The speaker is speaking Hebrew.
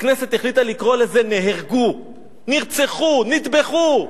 הכנסת החליטה לקרוא לזה "נהרגו" נרצחו, נטבחו.